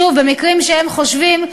במקרים שהם חושבים,